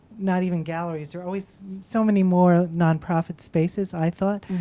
not even galleries, there are always so many more nonprofit spaces i thought.